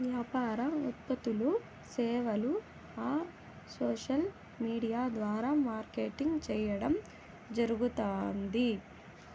యాపార ఉత్పత్తులూ, సేవలూ ఆ సోసల్ విూడియా ద్వారా మార్కెటింగ్ చేయడం జరగుతాంది